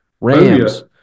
Rams